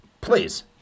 Please